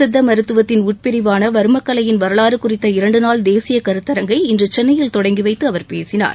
சித்த மருத்துவத்தின் உட்பிரிவான வா்மக்கலையின் வரலாறு குறித்த இரண்டு நாள் தேசிய கருத்தரங்கை இன்று சென்னையில் தொடங்கி வைத்து அவர் பேசினார்